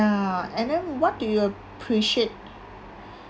ya and then what do you appreciate